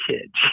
kids